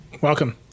welcome